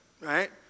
right